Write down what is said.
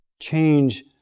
change